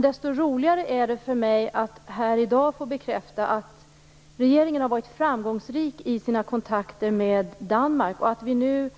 Desto roligare är det för mig att här i dag få bekräfta att regeringen har varit framgångsrik i sina kontakter med Danmark och att vi nu,